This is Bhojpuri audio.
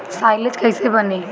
साईलेज कईसे बनी?